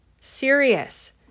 serious